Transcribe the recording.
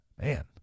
Man